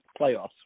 playoffs